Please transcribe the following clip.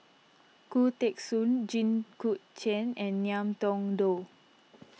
Khoo Teng Soon Jit Koon Ch'ng and Ngiam Tong Dow